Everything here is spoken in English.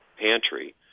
pantry